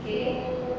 so